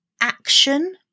action